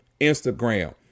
Instagram